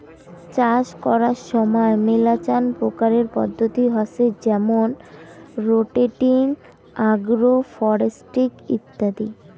চাষ করার সময় মেলাচান প্রকারের পদ্ধতি হসে যেমন রোটেটিং, আগ্রো ফরেস্ট্রি ইত্যাদি